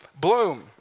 bloom